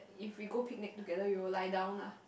if we go picnic together you will lie down lah